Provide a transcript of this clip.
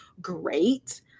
great